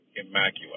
immaculate